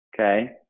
Okay